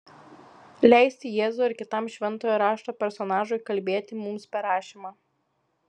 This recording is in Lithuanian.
leisti jėzui ar kitam šventojo rašto personažui kalbėti mums per rašymą